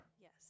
Yes